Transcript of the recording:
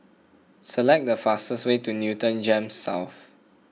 select the fastest way to Newton Gems South